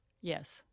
Yes